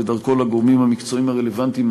ודרכו לגורמים המקצועיים הרלוונטיים.